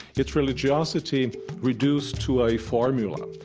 it's religiosity reduced to a formula.